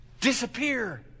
disappear